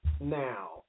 now